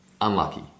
unlucky